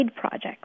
projects